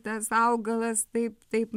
tas augalas taip taip